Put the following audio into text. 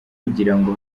kugirango